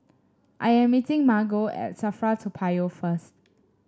I am meeting Margo at Safra Toa Payoh first